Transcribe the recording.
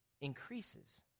increases